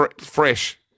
fresh